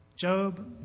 Job